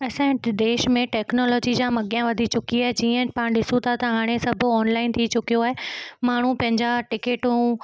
असांजे हिते देश में टेक्नोलोजी जाम अॻियां वधी चुकी आहे जीअं पाण ॾिसूं था त हाणे सभु ऑनलाइन थी चुकियो आहे माण्हू पंहिंजा टिकेटूं